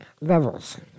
levels